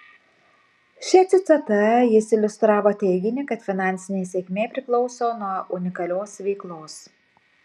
šia citata jis iliustravo teiginį kad finansinė sėkmė priklauso nuo unikalios veiklos